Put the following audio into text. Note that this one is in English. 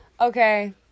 Okay